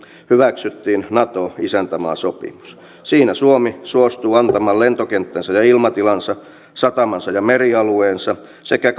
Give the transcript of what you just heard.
hyväksyttiin nato isäntämaasopimus siinä suomi suostuu antamaan lentokenttänsä ja ilmatilansa satamansa ja merialueensa sekä